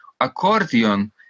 accordion